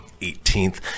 18th